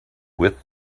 with